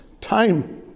time